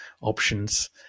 options